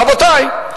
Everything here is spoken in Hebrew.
רבותי,